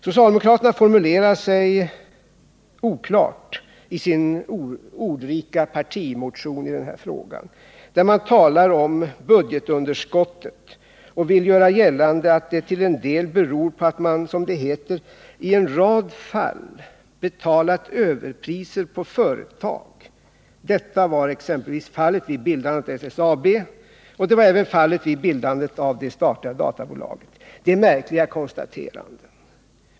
Socialdemokraterna formulerar sig oklart i sin ordrika partimotion i den här frågan, där man talar om budgetunderskottet och vill göra gällande att det till en del beror på att man, som det heter, ”i en rad fall betalat överpriser på företag. Detta var exempelvis fallet vid bildandet av SSAB. Det var även fallet vid bildandet av det statliga databolaget.” Det är märkliga konstateranden.